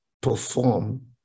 perform